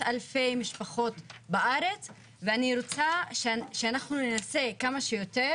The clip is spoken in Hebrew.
אלפי משפחות בארץ ואני רוצה שאנחנו ננסה כמה שיותר